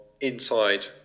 inside